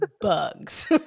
bugs